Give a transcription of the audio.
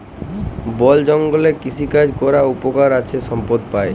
বল জঙ্গলে কৃষিকাজ ক্যরে উপকার আছে সম্পদ পাই